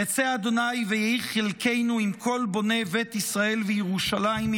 רצה אדוני ויהי חלקנו עם כל בוני בית ישראל וירושלים,